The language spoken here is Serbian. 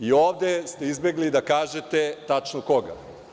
I ovde ste izbegli da kažete tačno koga.